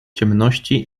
ciemności